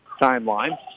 timeline